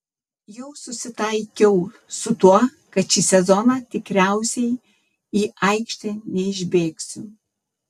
jau susitaikiau su tuo kad šį sezoną tikriausiai į aikštę neišbėgsiu